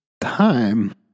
time